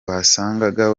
wasangaga